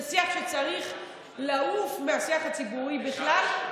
זה שיח שצריך לעוף מהשיח הציבורי בכלל.